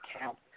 count